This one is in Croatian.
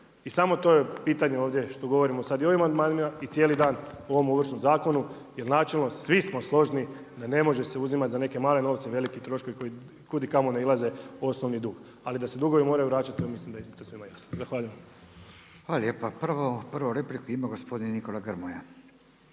I samo to je pitanje ovdje što govorimo sada i ovim amandmanima i cijeli dan u ovom Ovršnom zakonu jel načelno svi smo složni da ne može se uzimati za neke male novce veliki troškovi koji kud i kamo nailaze osnovni dug, ali da se dugovi moraju vraćati ja mislim … Zahvaljujem. **Radin, Furio (Nezavisni)** Hvala lijepa. Prvu repliku ima gospodin Grmoja.